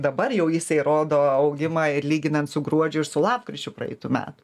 dabar jau jisai rodo augimą ir lyginant su gruodžiu ir su lapkričiu praeitų metų